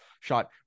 shot